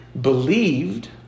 believed